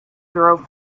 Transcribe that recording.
drove